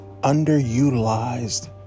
underutilized